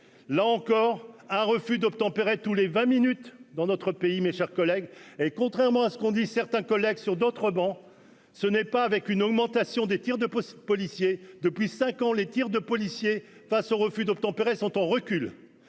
là encore, un refus d'obtempérer, tous les vingt minutes dans notre pays, mes chers collègues, et contrairement à ce qu'ont dit certains collègues sur d'autres bancs ce n'est pas avec une augmentation des tirs de policiers depuis 5 ans, les tirs de policiers face au refus d'obtempérer, sont en recul,